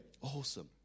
Awesome